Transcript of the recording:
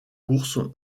courses